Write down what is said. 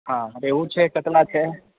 हँ रेहु छै कतला छै